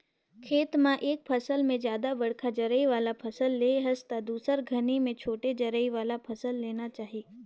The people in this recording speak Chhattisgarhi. खेत म एक फसल में जादा बड़खा जरई वाला फसल ले हस त दुसर घरी में छोटे जरई वाला फसल लेना चाही